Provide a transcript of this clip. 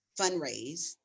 fundraise